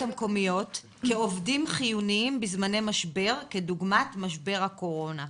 המקומיות כעובדים חיוניים בזמני משבר כדוגמת משבר הקורונה.